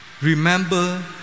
Remember